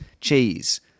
Cheese